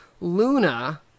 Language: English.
Luna